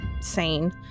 sane